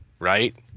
right